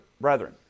brethren